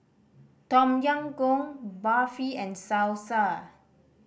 Tom Yam Goong Barfi and Salsa